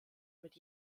mit